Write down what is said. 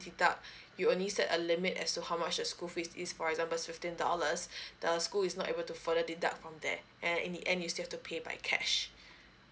deduct you only set a limit as to how much the school fees is for example fifteen dollars the school is not able to further deduct from there and in the end you still have to pay by cash